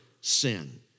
sin